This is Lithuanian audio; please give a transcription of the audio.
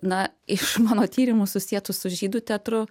na iš mano tyrimų susietų su žydų teatru